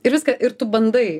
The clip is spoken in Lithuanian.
ir viską ir tu bandai